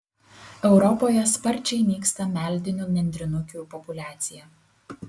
europoje sparčiai nyksta meldinių nendrinukių populiacija